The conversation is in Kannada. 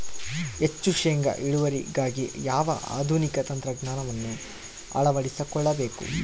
ಹೆಚ್ಚು ಶೇಂಗಾ ಇಳುವರಿಗಾಗಿ ಯಾವ ಆಧುನಿಕ ತಂತ್ರಜ್ಞಾನವನ್ನು ಅಳವಡಿಸಿಕೊಳ್ಳಬೇಕು?